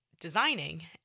designing